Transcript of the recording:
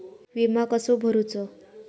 विमा कसो भरूचो?